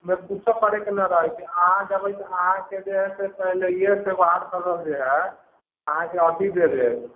एहिमे किछो करयके नहि रहैत छै अहाँ जयबै तऽ अहाँके जे हए पहिलीएसँ वार्ड सदस्य जे हए अहाँके अथी दऽ देत